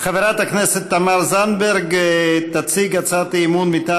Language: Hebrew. חברת הכנסת תמר זנדברג תציג הצעת אי-אמון מטעם